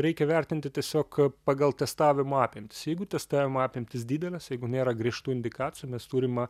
reikia vertinti tiesiog pagal testavimo apimtis jeigu testavimo apimtys didelės jeigu nėra griežtų indikacijų mes turima